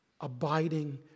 abiding